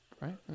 right